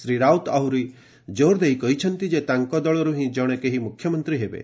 ଶୀ ରାଉତ ଆହୁରି ଜୋର୍ଦେଇ କହିଛନ୍ତି ଯେ ତାଙ୍କ ଦଳରୁ ହିଁ ଜଣେ କେହି ମୁଖ୍ୟମନ୍ତ୍ରୀ ହେବେ